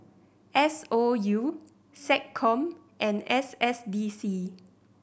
S O U SecCom and S S D C